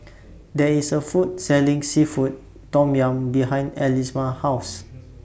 There IS A Food Selling Seafood Tom Yum behind House